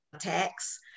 tax